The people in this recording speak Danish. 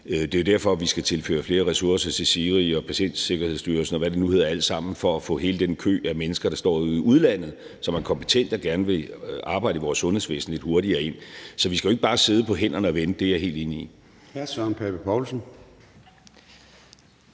det er jo derfor, vi skal tilføre flere ressourcer til SIRI og Styrelsen for Patientsikkerhed, og hvad det nu hedder alt sammen. Det er for at få hele den kø af mennesker, der står ude i udlandet, og som er kompetente og gerne vil arbejde i vores sundhedsvæsen, lidt hurtigere ind. Så vi skal jo ikke bare sidde på hænderne og vente; det er jeg helt enig i.